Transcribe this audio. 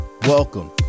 Welcome